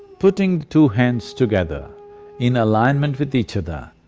putting two hands together in alignment with each other,